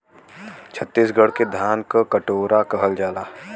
छतीसगढ़ के धान क कटोरा कहल जाला